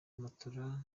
matola